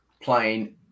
playing